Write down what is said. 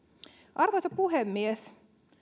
arvoisa puhemies